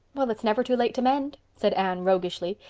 well, it's never too late to mend, said anne roguishly.